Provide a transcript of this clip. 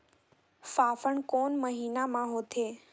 फाफण कोन महीना म होथे?